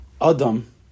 Adam